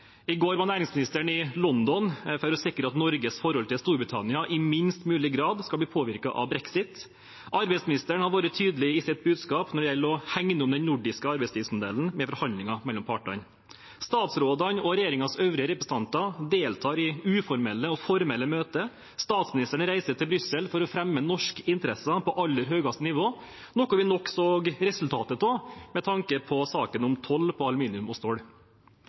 i saken om fangst av snøkrabbe. I går var næringsministeren i London for å sikre at Norges forhold til Storbritannia i minst mulig grad skal bli påvirket av brexit. Arbeidsministeren har vært tydelig i sitt budskap når det gjelder å hegne om den nordiske arbeidslivsmodellen med forhandlinger mellom partene. Statsrådene og regjeringens øvrige representanter deltar i uformelle og formelle møter, og statsministeren reiser til Brussel for å fremme norske interesser på aller høyeste nivå, noe vi nok så resultatet av med tanke på saken om toll på aluminium og stål.